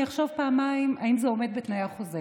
אני אחשוב פעמיים אם זה עומד בתנאי החוזה.